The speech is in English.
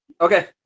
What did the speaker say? Okay